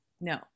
No